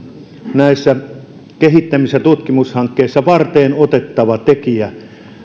näissä kehittämis ja tutkimushankkeissa varteenotettava tekijä